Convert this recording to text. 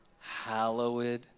hallowed